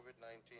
COVID-19